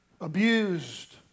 abused